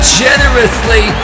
generously